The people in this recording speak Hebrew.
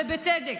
ובצדק,